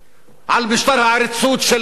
על משטר העריצות של קדאפי.